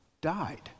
died